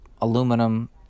aluminum